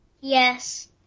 Yes